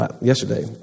yesterday